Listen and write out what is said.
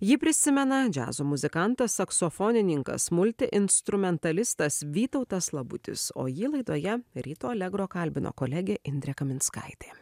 jį prisimena džiazo muzikantas saksofonininkas multiinstrumentalistas vytautas labutis o jį laidoje ryto allegro kalbino kolegė indrė kaminskaitė